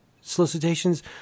solicitations